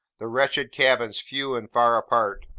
the wretched cabins few and far apart,